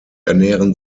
ernähren